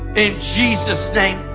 in jesus' name.